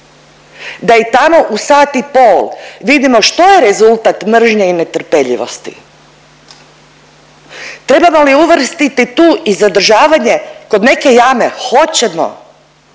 Da i tamo i sat i pol vidimo što je rezultat mržnje i netrpeljivosti. Trebamo li uvrstiti tu i zadržavanje kod neke jame? Hoćemo.